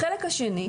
החלק השני.